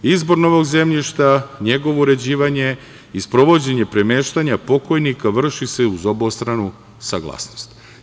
Izbor novog zemljišta, njegovo uređivanje i sprovođenje premeštanja pokojnika vrši se uz obostranu saglasnost.